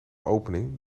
opening